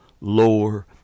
lower